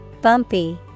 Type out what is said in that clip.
Bumpy